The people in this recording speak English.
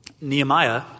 Nehemiah